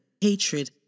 hatred